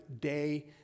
day